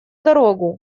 дорогу